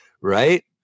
Right